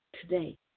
today